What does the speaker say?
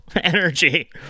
Energy